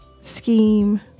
scheme